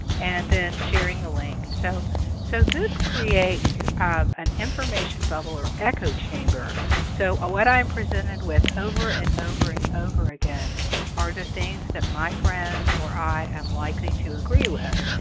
and then sharing a link. so so this creates an information bubble or echo chamber so ah what i'm presented with over and over and over again are things that my friends or i am likely to agree with.